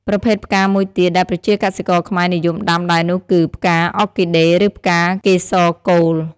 ប្រភេទផ្កាមួយទៀតដែលប្រជាកសិករខ្មែរនិយមដាំដែរនោះគឺ ផ្កា អ័រគីដេ ឬ ផ្កាកេសរកូល។